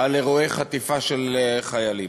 על אירועי חטיפה של חיילים.